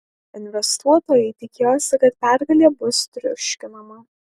investuotojai tikėjosi kad pergalė bus triuškinama